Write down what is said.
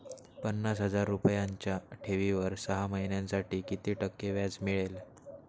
पन्नास हजार रुपयांच्या ठेवीवर सहा महिन्यांसाठी किती टक्के व्याज मिळेल?